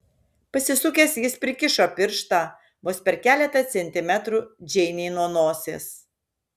pasisukęs jis prikišo pirštą vos per keletą centimetrų džeinei nuo nosies